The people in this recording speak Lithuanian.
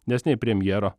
nes nei premjero